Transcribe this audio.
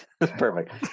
perfect